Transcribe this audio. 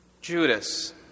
Judas